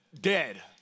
Dead